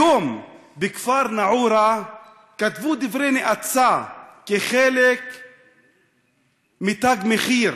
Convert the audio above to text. היום בכפר נאעורה כתבו דברי נאצה כחלק מ"תג מחיר".